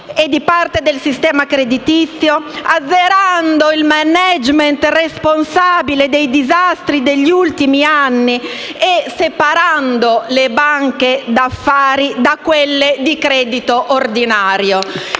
e di parte del sistema creditizio azzerando il *management* responsabile dei disastri degli ultimi anni e separando le banche di affari da quelle di credito ordinario.